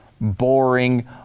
boring